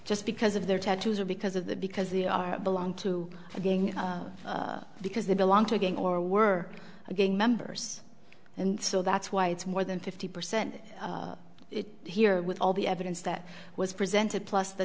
just because of their tattoos or because of that because they are belong to being because they belong to a gang or were again members and so that's why it's more than fifty percent here with all the evidence that was presented plus the